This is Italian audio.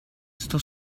sto